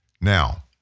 Now